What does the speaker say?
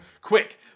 Quick